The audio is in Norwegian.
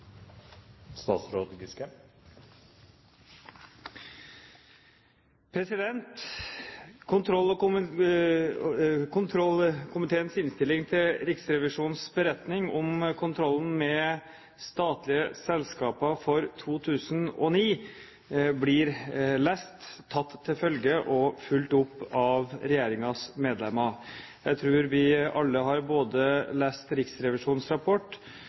Kontroll- og konstitusjonskomiteens innstilling til Riksrevisjonens beretning om kontrollen med statlige selskaper for 2009 blir lest, tatt til følge og fulgt opp av regjeringens medlemmer. Jeg tror vi alle har lest både Riksrevisjonens rapport,